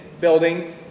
building